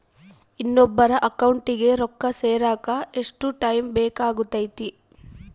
ಇನ್ನೊಬ್ಬರ ಅಕೌಂಟಿಗೆ ರೊಕ್ಕ ಸೇರಕ ಎಷ್ಟು ಟೈಮ್ ಬೇಕಾಗುತೈತಿ?